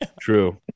true